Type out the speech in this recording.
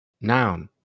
Noun